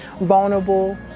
vulnerable